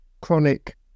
chronic